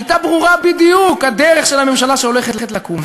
הייתה ברורה בדיוק הדרך של הממשלה שהולכת לקום,